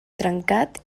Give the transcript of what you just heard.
trencat